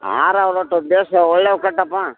ಹಾರ ಭೇಷ್ ಒಳ್ಳೆಯ ಹೂವು ಕಟ್ಟಪ್ಪ